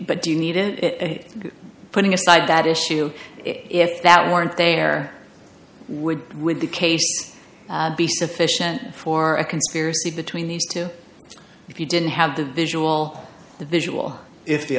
but do you need and putting aside that issue if that weren't there would win the case be sufficient for a conspiracy between these two if you didn't have the visual the visual if the